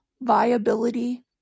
viability